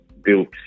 built